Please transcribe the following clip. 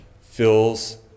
fills